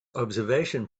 observation